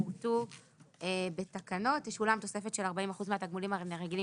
שפורטו בתקנות תשולם תוספת של 40% מהתגמולים הרגילים.